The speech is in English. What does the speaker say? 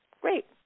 great